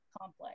complex